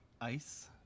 ice